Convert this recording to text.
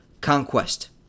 conquest